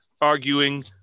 Arguing